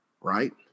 Right